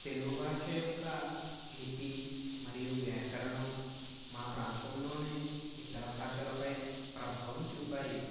తెలుగు భాష యొక్క లిపి మరియు వ్యాకరణం మా ప్రాంతంలోని ఇతర భాషలపై ప్రభావం చూపాయి